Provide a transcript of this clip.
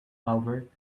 albert